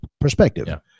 perspective